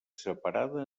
separada